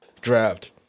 draft